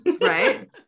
right